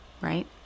right